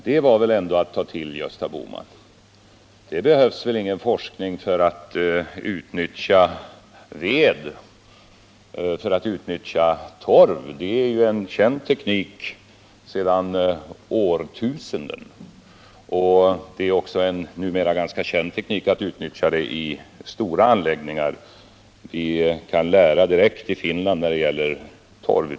Det var väl ändå att ta till, Nr 168 Gösta Bohman. Det behövs ingen forskning för att utnyttja ved eller för att Onsdagen den utnyttja torv. Det är kända tekniker sedan årtusenden. Det är också en 6 juni 1979 numera ganska känd teknik hur man utnyttjar dessa bränslen i stora anläggningar. Vi kan lära direkt i Finland hur man utnyttjar torv.